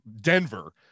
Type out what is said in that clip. Denver